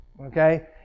okay